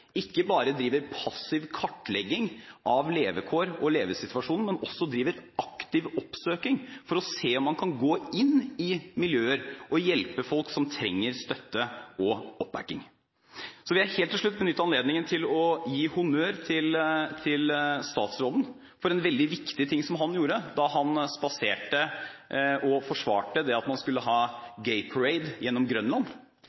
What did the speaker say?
ikke bare driver passiv kartlegging av levekår og levesituasjonen, men også driver aktiv oppsøking for å se om man kan gå inn i miljøer og hjelpe folk som trenger støtte og oppbakking. Så vil jeg helt til slutt benytte anledningen til å gi honnør til statsråden for det viktige han gjorde da han spaserte i og forsvarte at man skulle ha Gay pride-paraden gjennom Grønland. Det er veldig viktig at man